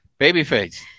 Babyface